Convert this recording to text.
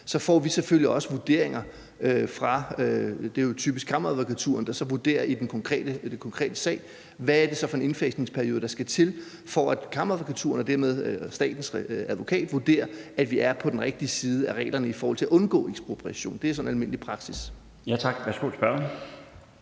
så selvfølgelig også får vurderinger fra typisk Kammeradvokaturen, der så i den konkrete sag vurderer, hvad det er for en indfasningsperiode, der skal til, for at Kammeradvokaturen og dermed statens advokat vurderer, at vi er på den rigtige side af reglerne i forhold til at undgå en ekspropriation. Det er sådan almindelig praksis. Kl. 15:33 Den fg.